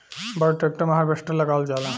बड़ ट्रेक्टर मे हार्वेस्टर लगावल जाला